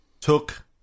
took